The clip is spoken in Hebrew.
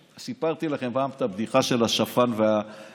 סיפרתי לכם פעם את הבדיחה של השפן והכובע.